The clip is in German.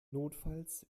notfalls